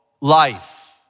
life